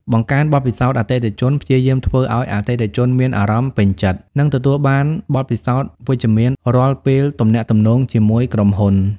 បង្កើនបទពិសោធន៍អតិថិជន ព្យាយាមធ្វើឱ្យអតិថិជនមានអារម្មណ៍ពេញចិត្ត និងទទួលបានបទពិសោធន៍វិជ្ជមានរាល់ពេលទំនាក់ទំនងជាមួយក្រុមហ៊ុន។